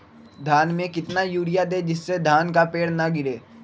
धान में कितना यूरिया दे जिससे धान का पेड़ ना गिरे?